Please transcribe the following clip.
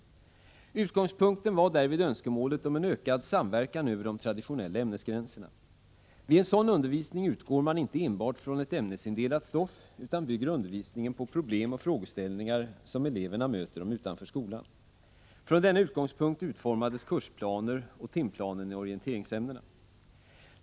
Utgångspunkten var därvid önskemål om en ökad samverkan över de traditionella ämnesgränserna. Vid en sådan undervisning utgår man inte enbart från ett ämnesindelat stoff utan bygger undervisningen på problem och frågeställningar som eleverna möter dem utanför skolan. Från denna utgångspunkt utformades kursplanerna och timplanen i orienteringsämnena.